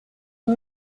dut